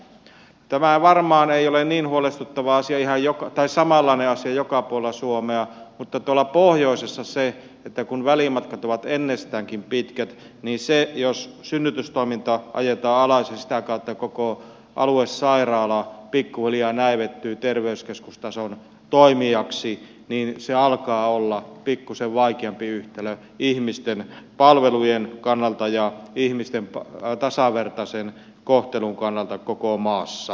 tämä varmaan ei ole samanlainen asia ihan joka on samalla ne on se joka puolella suomea mutta kun tuolla pohjoisessa välimatkat ovat ennestäänkin pitkät niin jos synnytystoiminta ajetaan alas niin sitä kautta koko aluesairaala pikkuhiljaa näivettyy terveyskeskustason toimijaksi ja se alkaa olla pikkuisen vaikeampi yhtälö ihmisten palvelujen kannalta ja ihmisten tasavertaisen kohtelun kannalta koko maassa